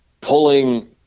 pulling